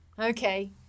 Okay